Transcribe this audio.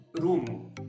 room